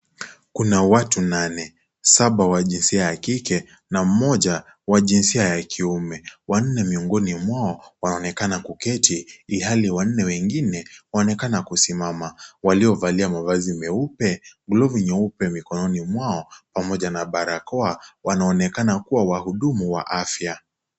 Kuna watu nane, saba wa jinsia ya kike na mmoja wa jinsia ya kiume. Wanne miongoni mwao wanaonekana kuketi ilhali wanne wengine waonekana kusimama. Waliovalia mavazi meupe, glavu nyeupe mikononi mwao pamoja na barakoa, wanaonekana kubwa wahudumu wa afya.